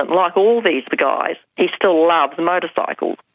and like all these but guys he still loved motorcycles.